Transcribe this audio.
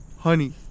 honey